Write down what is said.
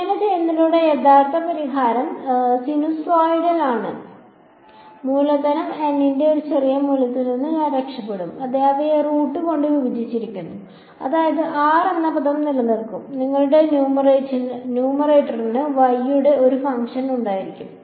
അങ്ങനെ ചെയ്യുന്നതിലൂടെ യഥാർത്ഥ പരിഹാരം sinusoidal ആണെങ്കിൽ മൂലധനം N ന്റെ ചെറിയ മൂല്യത്തിൽ നിന്ന് ഞാൻ രക്ഷപ്പെടും അതെ അവയെ റൂട്ട് കൊണ്ട് വിഭജിച്ചിരിക്കുന്നു അതായത് r എന്ന പദം നിലനിൽക്കും നിങ്ങളുടെ ന്യൂമറേറ്ററിന് y യുടെ ഒരു ഫംഗ്ഷൻ ഉണ്ടായിരിക്കും